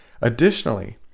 Additionally